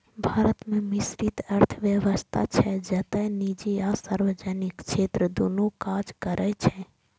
भारत मे मिश्रित अर्थव्यवस्था छै, जतय निजी आ सार्वजनिक क्षेत्र दुनू काज करै छै